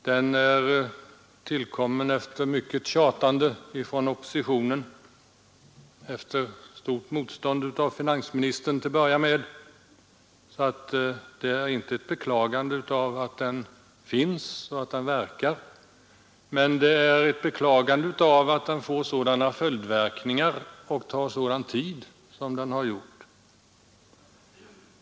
Den är tillkommen efter mycket tjatande från oppositionen och efter ett stort motstånd inledningsvis från finansministern. Jag vill inte beklaga att den finns och arbetar med dessa frågor, men det är beklagligt att den får sådana följdverkningar och tar sådan tid som den har gjort.